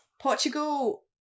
portugal